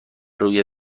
روی